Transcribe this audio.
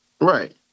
Right